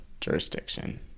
jurisdiction